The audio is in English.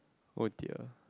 oh dear